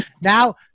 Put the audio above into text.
Now